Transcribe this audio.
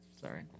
sorry